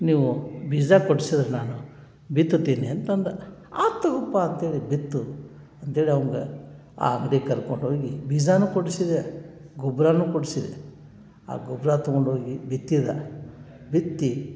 ನೀವು ಬೀಜ ಕೊಡ್ಸಿದ್ರೆ ನಾನು ಬಿತ್ತುತ್ತೀನಿ ಅಂತ ಅಂದ ಆತು ತೊಗೋಪ್ಪ ಅಂಥೇಳಿ ಬಿತ್ತು ಅಂಥೇಳಿ ಅವ್ನ್ಗೆ ಆ ಅಂಗಡಿ ಕರ್ಕೊಂಡು ಹೋಗಿ ಬೀಜವೂ ಕೊಡಿಸಿದೆ ಗೊಬ್ಬರನೂ ಕೊಡಿಸಿದೆ ಆ ಗೊಬ್ಬರ ತಗೊಂಡು ಹೋಗಿ ಬಿತ್ತಿದ ಬಿತ್ತಿ